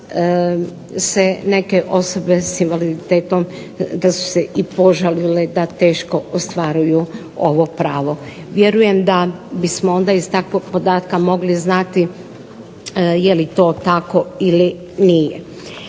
se neke osobe sa invaliditetom i požalile da teško ostvaruju ovo pravo. Vjerujem da bismo iz takvog podatka mogli znati jeli to tako ili nije.